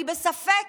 אני בספק